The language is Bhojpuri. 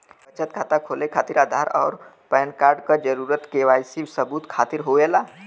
बचत खाता खोले खातिर आधार और पैनकार्ड क जरूरत के वाइ सी सबूत खातिर होवेला